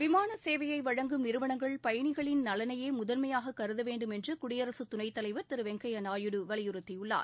விமான சேவையை வழங்கும் நிறுவனங்கள் பயணிகளின் நலனையே முதன்மையாக கருத வேண்டும் என்று குடியரசுத் துணைத் தலைவர் திரு வெங்கய்யா நாயுடு வலியுறுத்தியுள்ளார்